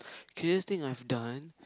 craziest thing I've done